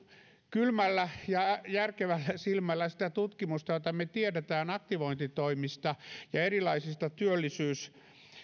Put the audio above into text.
kylmällä ja järkevällä silmällä tutkimusta mitä tiedetään aktivointitoimista ja erilaisista